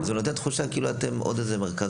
אבל זה נותן תחושה כאילו אתם עוד איזה מרכז